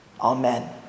Amen